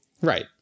Right